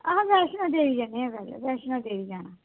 अस वैष्णो देवी जन्ने आ कल्ल वैष्णो देवी जाना